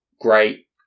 Great